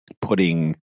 putting